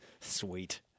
Sweet